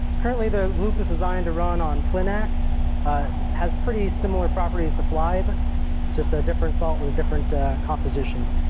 currently, the loop is designed to run on flinak which but has pretty similar properties to flibe. it's just a different salt with different composition.